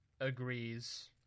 agrees